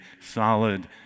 solid